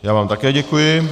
Já vám také děkuji.